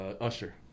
Usher